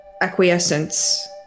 acquiescence